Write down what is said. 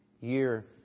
Year